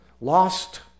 Lost